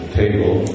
table